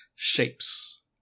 shapes